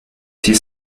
six